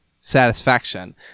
satisfaction